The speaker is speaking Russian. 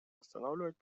восстанавливать